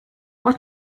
what